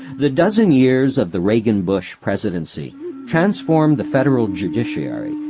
the dozen years of the reagan-bush presidency transformed the federal judiciary,